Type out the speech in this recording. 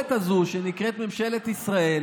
התרנגולת הזו, שנקראת ממשלת ישראל,